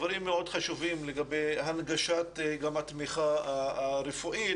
דברים מאוד חשובים לגבי הנגשת התמיכה הרפואית,